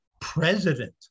president